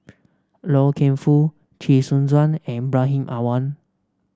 Loy Keng Foo Chee Soon Juan and Ibrahim Awang